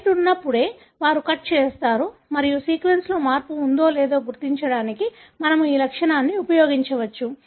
site ఉన్నప్పుడే వారు cut చేస్తారు మరియు సీక్వెన్స్లో మార్పు ఉందో లేదో గుర్తించడానికి మన ము ఈ లక్షణాన్ని ఉపయోగించవచ్చు